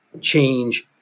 change